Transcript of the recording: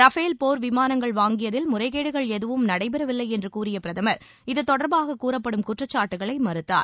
Rafale போர் விமானங்கள் வாங்கியதில் முறைகேடுகள் எதுவும் நடைபெறவில்லை என்று கூறிய பிரதமர் இதுதொடர்பாக கூறப்படும் குற்றச்சாட்டுகளை மறுத்தார்